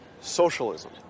socialism